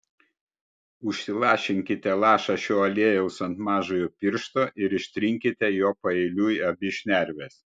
užsilašinkite lašą šio aliejaus ant mažojo piršto ir ištrinkite juo paeiliui abi šnerves